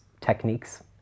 techniques